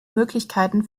möglichkeiten